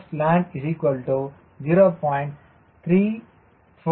sland 0